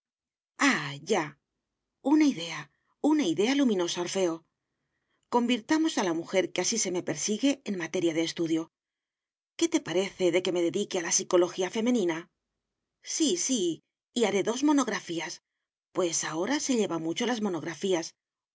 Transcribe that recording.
ya una idea una idea luminosa orfeo convirtamos a la mujer que así se me persigue en materia de estudio qué te parece de que me dedique a la psicología femenina sí sí y haré dos monografías pues ahora se lleva mucho las monografías